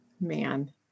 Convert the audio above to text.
Man